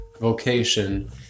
vocation